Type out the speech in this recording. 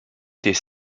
des